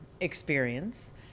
experience